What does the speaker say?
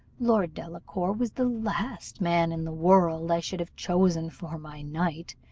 lord delacour was the last man in the world i should have chosen for my knight,